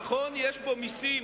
נכון, יש בו מסים,